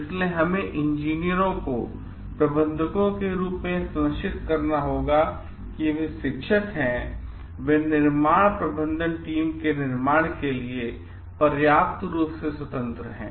इसलिए हमें इंजीनियरों को प्रबंधकों के रूप में यह सुनिश्चित करना होगा कि वे शिक्षक हैं और वे निर्माण प्रबंधन टीम के निर्माण के लिए पर्याप्त रूप से स्वतंत्र है